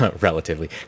relatively